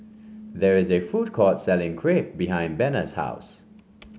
there is a food court selling Crepe behind Bena's house